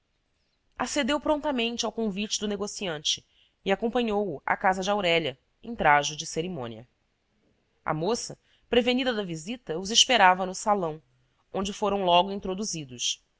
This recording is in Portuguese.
suplício acedeu prontamente ao convite do negociante e acompanhou-o à casa de aurélia em trajo de cerimônia a moça prevenida da visita os esperava no salão onde foram logo introduzidos